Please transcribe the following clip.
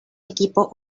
equipo